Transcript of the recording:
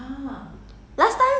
very expensive leh think now